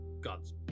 God's